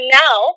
now